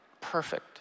perfect